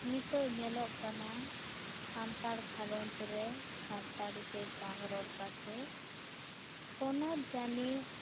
ᱱᱤᱛᱚᱜ ᱧᱮᱞᱚᱜ ᱠᱟᱱᱟ ᱥᱟᱱᱛᱟᱲ ᱜᱷᱟᱨᱚᱸᱡᱽ ᱨᱮ ᱥᱟᱱᱛᱟᱲᱤ ᱛᱮ ᱵᱟᱝ ᱨᱚᱲ ᱠᱟᱛᱮ ᱯᱚᱱᱚᱛ ᱡᱟᱹᱱᱤᱡ